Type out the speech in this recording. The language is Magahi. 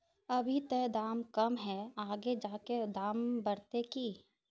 अभी ते दाम कम है आगे जाके दाम बढ़ते की?